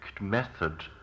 method